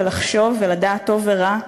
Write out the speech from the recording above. ולחשוב ולדעת טוב ורע,